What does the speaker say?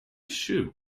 shoe